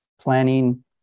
planning